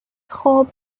خوب